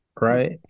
Right